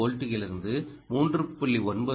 5 வோல்ட்டுகளிலிருந்து 3